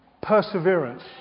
perseverance